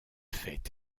fait